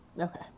Okay